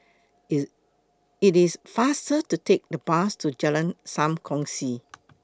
IT IT IS faster to Take The Bus to Jalan SAM Kongsi